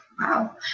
wow